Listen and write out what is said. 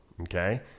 Okay